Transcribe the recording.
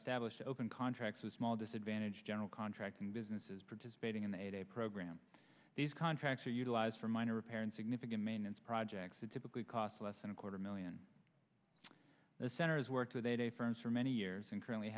stablished open contracts with small disadvantaged general contracting businesses participating in a program these contracts are utilized for minor repair and significant maintenance projects that typically cost less than a quarter million the centers work today firms for many years and currently